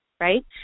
right